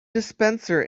dispenser